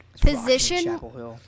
Position